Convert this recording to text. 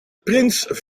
prins